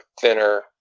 thinner